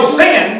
sin